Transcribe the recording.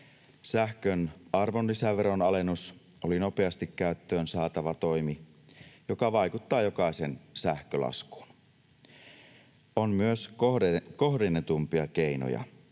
Sähkön arvonlisäveron alennus oli nopeasti käyttöön saatava toimi, joka vaikuttaa jokaisen sähkölaskuun. On myös kohdennetumpia keinoja.